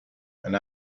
and